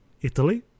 Italy